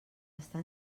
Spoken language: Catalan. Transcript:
està